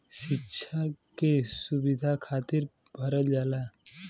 सिक्षा के सुविधा खातिर भरल जाला